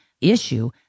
issue